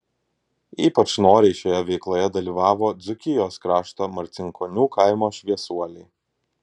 ypač noriai šioje veikloje dalyvavo dzūkijos krašto marcinkonių kaimo šviesuoliai